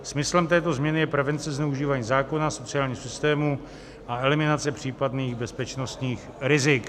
Smyslem této změny je prevence zneužívání zákona v sociálním systému a eliminace případných bezpečnostních rizik.